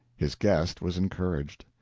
his guest was encouraged.